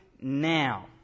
now